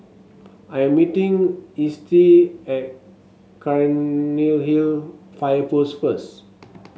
I am meeting Estie at Cairnhill Fire Post first